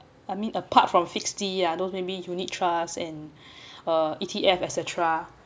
I mean apart from fixed D {ah] those maybe you need trials and uh E_T_F etcetera